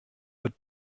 but